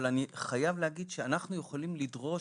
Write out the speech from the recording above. אבל אני חייב להגיד שאנחנו יכולים לדרוש,